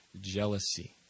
jealousy